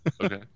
Okay